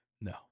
No